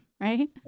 Right